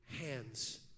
hands